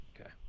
okay